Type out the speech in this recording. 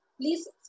Please